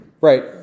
Right